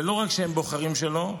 ולא רק שהם בוחרים שלא,